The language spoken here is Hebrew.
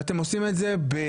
ואתם עושים את זה בחופזה,